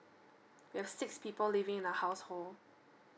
there's six people living in a household